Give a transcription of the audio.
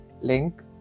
link